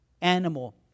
animal